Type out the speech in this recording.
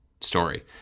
story